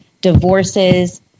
divorces